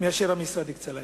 מאלה שהמשרד הקצה להם.